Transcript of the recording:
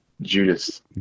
judas